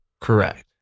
correct